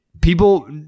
people